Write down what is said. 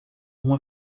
uma